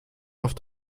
auf